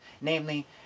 namely